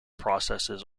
processes